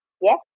yes